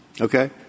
Okay